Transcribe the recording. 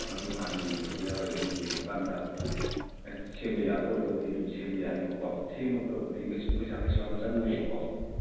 ꯑꯗꯨ ꯍꯥꯟꯅ ꯌꯦꯡꯗꯕ ꯌꯥꯔꯣꯏ ꯑꯗꯨ ꯌꯦꯡꯉꯀꯥꯟꯗ ꯑꯦ ꯁꯦꯝꯕ ꯌꯥꯒꯗꯣꯏ ꯑꯣꯏꯔꯗꯤ ꯑꯗꯨꯝ ꯁꯦꯝꯕ ꯌꯥꯅꯦꯕꯀꯣ ꯁꯦꯝꯃꯒꯕꯨꯗꯤ ꯀꯩꯁꯨ ꯄꯩꯁꯥ ꯀꯩꯁꯨ ꯌꯥꯝ ꯆꯪꯉꯣꯏꯌꯦꯕꯀꯣ